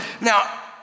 Now